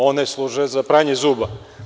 One služe za pranje zuba.